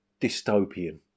dystopian